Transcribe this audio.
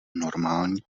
normální